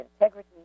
integrity